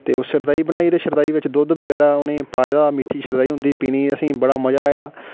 ते ओह् शरदई बनाई ते शरदई दे बिच दुद्ध बगैरा उ'नें पाये दा मिट्ठी शरदई होंदी पीने ई असें ई बड़ा मजा आया